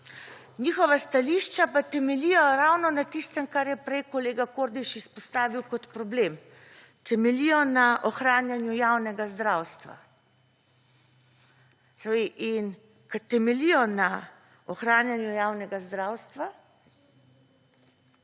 Njihova stališča pa temeljijo ravno na tistem, kar je prej kolega Kordiš izpostavil kot problem, temeljijo na ohranjanju javnega zdravstva. In ker temeljijo na ohranjanju javnega zdravstva